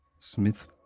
smith